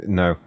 no